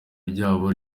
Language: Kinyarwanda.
ryabo